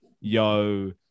Yo